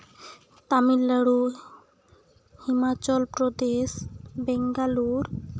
Tamil Nadu Himachal Pradesh Bengaluru